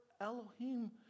Elohim